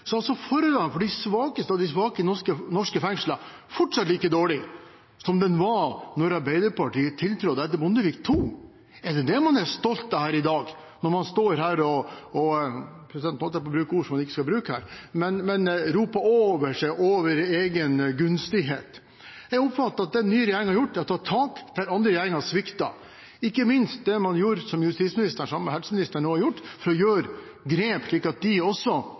altså forholdene for de svakeste av de svake i norske fengsler fortsatt like dårlige som de var da Arbeiderpartiet tiltrådte etter Bondevik II-regjeringen. Er det det man er stolt av i dag, når man står her og roper over seg over egen fortreffelighet? Jeg oppfatter at det den nye regjeringen har gjort, er å ta tak der andre regjeringer har sviktet, ikke minst det justisministeren nå har gjort sammen med helseministeren: å ta grep slik at de innsatte får en bedre hverdag. For Fremskrittspartiet er det viktig å være tøff mot de tøffe, samtidig skal det være kvalitet for de mest sårbare, også